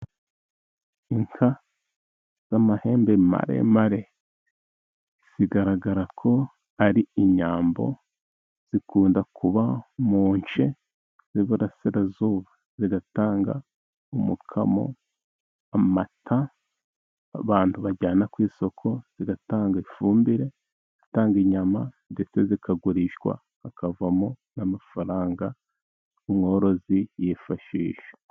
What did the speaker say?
Inka z'amahembe maremare, zigaragara ko ari inyambo, zikunda kuba mu nshe z'iburasirazuba, zigatanga umukamo amata, abantu bajyana ku isoko, zigatanga ifumbire, itanga inyama, ndetse zikagurishwa hakavamo n'ama amafaranga umworozi yifashisha.